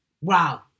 Wow